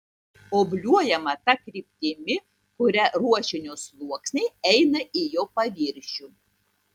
obliuojama ta kryptimi kuria ruošinio sluoksniai eina į jo paviršių